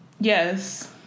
Yes